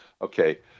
Okay